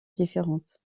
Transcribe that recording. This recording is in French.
différentes